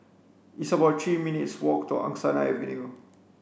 it's about three minutes' walk to Angsana Avenue